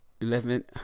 Eleven